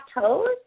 toes